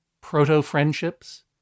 proto-friendships